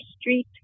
street